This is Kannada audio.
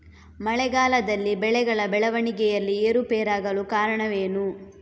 ಮಳೆಗಾಲದಲ್ಲಿ ಬೆಳೆಗಳ ಬೆಳವಣಿಗೆಯಲ್ಲಿ ಏರುಪೇರಾಗಲು ಕಾರಣವೇನು?